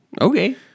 Okay